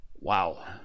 Wow